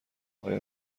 آیا